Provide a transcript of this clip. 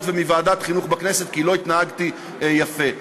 ומוועדת חינוך בכנסת כי לא התנהגתי יפה.